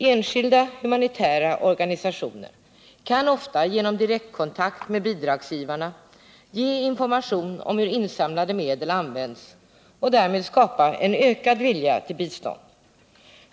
Enskilda humanitära organisationer kan ofta genom direktkontakt med bidragsgivarna ge information om hur insamlade medel använts och därmed skapa ökad vilja till bistånd.